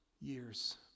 years